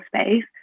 space